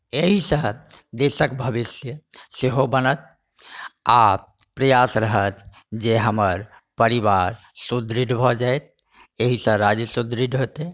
एहिसँ देशक भविष्य सेहो बनत आ प्रयास रहत जे हमर परिवार सुदृढ़ भऽ जाए एहिसँ राज्य सुदृढ़ हेतै